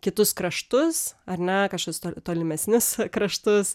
kitus kraštus ar ne kažkokius tolimesnius kraštus